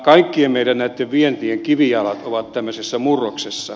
kaikkien näitten meidän vientien kivijalat ovat tämmöisessä murroksessa